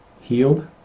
healed